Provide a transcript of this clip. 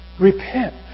Repent